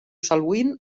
salween